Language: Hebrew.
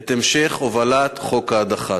את המשך הובלת חוק ההדחה.